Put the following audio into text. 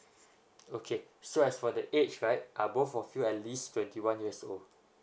okay so as for the age right are both of you at least twenty one years old